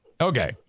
Okay